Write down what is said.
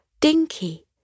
Dinky